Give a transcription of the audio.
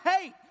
hate